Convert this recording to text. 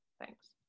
Thanks